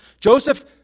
Joseph